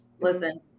listen